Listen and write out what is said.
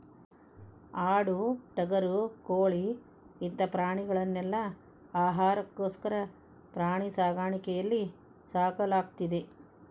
ಆಡು ಟಗರು ಕೋಳಿ ಇಂತ ಪ್ರಾಣಿಗಳನೆಲ್ಲ ಆಹಾರಕ್ಕೋಸ್ಕರ ಪ್ರಾಣಿ ಸಾಕಾಣಿಕೆಯಲ್ಲಿ ಸಾಕಲಾಗ್ತೇತಿ